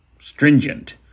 stringent